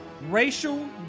racial